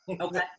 Okay